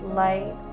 light